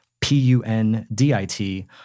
P-U-N-D-I-T